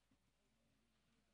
כבוד